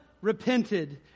repented